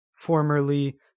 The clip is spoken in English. formerly